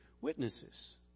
witnesses